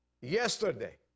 yesterday